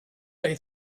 they